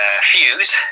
Fuse